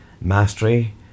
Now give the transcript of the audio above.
mastery